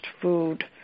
food